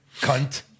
cunt